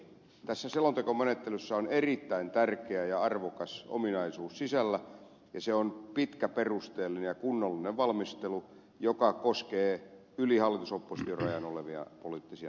tässä selontekomenettelyssä on erittäin tärkeä ja arvokas ominaisuus sisällä ja se on pitkä perusteellinen ja kunnollinen valmistelu joka koskee yli hallitusoppositio rajan olevia poliittisia näkökantoja